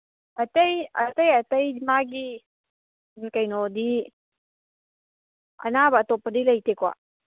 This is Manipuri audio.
ꯑꯇꯩ ꯑꯇꯩ ꯑꯇꯩ ꯃꯥꯒꯤ ꯀꯩꯅꯣꯗꯤ ꯑꯅꯥꯕ ꯑꯇꯣꯞꯄꯗꯤ ꯂꯩꯇꯦꯀꯣ